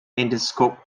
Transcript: interscope